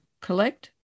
Collect